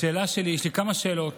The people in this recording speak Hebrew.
השאלה שלי, יש לי כמה שאלות.